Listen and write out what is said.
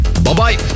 Bye-bye